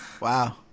Wow